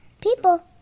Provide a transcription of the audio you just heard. people